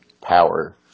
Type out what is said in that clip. power